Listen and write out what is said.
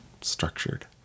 structured